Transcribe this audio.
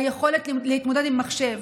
היכולת להתמודד עם מחשב.